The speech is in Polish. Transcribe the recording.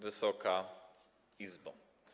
Wysoka Izbo!